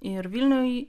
ir vilniuj